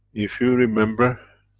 if you remember?